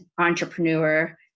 entrepreneur